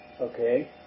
Okay